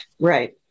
Right